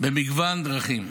במגוון דרכים: